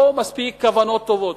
לא די בכוונות טובות.